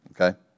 okay